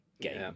game